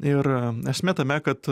ir esmė tame kad